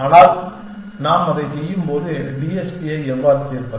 ஆனால் நாம் அதைச் செய்யும்போது டிஎஸ்பியை எவ்வாறு தீர்ப்பது